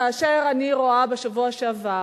כאשר אני רואה בשבוע שעבר